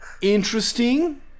interesting